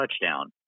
touchdown